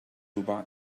بعد